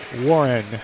Warren